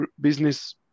business